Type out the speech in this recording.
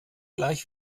gleich